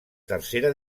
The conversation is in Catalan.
tercera